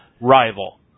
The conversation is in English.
rival